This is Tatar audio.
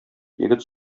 егет